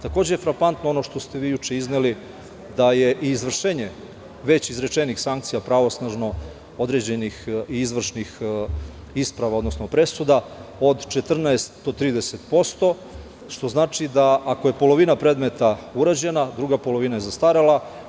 Takođe je frapantno ono što ste vi juče izneli, da je i izvršenje već izrečenih sankcija pravosnažno određenih i izvršnih isprava, odnosno presuda, od 14% do 30%, što znači da ako je polovina predmeta urađena, druga polovina je zastarela.